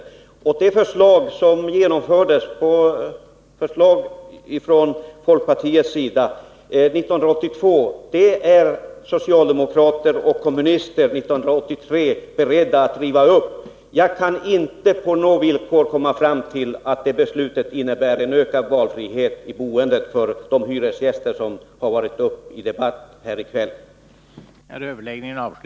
Det folkpartistiska förslag som genomfördes 1982 är socialdemokrater och kommunister 1983 beredda att riva upp. Jag kan inte på något villkor förstå att detta beslut innebär en ökad valfrihet i boendet för de hyresgäster vi har diskuterat här i kväll.